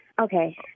Okay